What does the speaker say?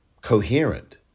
coherent